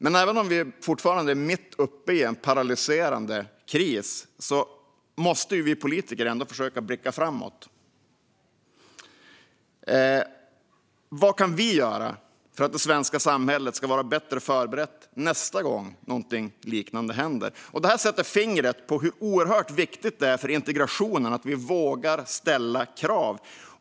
Men även om vi fortfarande är mitt uppe i en paralyserande kris måste vi politiker försöka blicka framåt: Vad kan vi göra för att det svenska samhället ska vara bättre förberett nästa gång något liknande händer? Det här sätter fingret på hur oerhört viktigt det är för integrationen att vi vågar ställa krav.